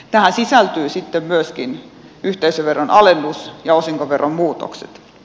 tähän sisältyvät sitten myöskin yhteisöveron alennus ja osinkoveron muutokset